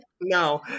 no